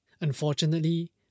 Unfortunately